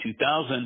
2000